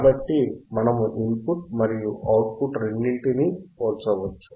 కాబట్టి మనము input మరియు అవుట్పుట్ రెండింటినీ పోల్చవచ్చు